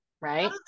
Right